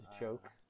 jokes